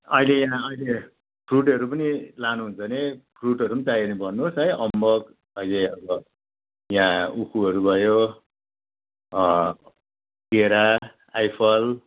अहिले यहाँ अहिले फ्रुटहरू पनि लानु हुन्छ भने फ्रुटहरू पनि चाहियो भने भन्नोस् है अम्बक अहिले अब यहाँ उखुहरू भयो केरा आइफल